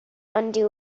undo